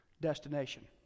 destination